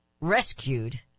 rescued